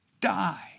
die